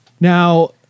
Now